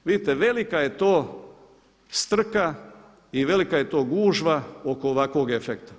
Vidite velika je to strka i velika je to gužva oko ovakvog efekta.